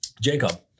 jacob